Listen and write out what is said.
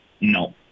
No